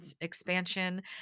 expansion